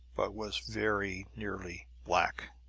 but was very nearly black.